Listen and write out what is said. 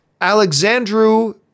Alexandru